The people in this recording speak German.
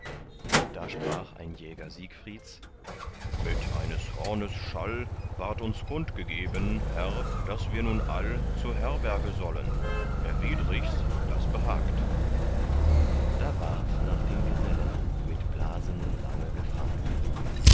da sprach ein jäger siegfrieds mit eines hornes schall ward uns kund gegeben herr daß wir nun all zur herberge sollen erwidr ichs das behagt da ward nach den gesellen mit blasen lange gefragt